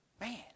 Man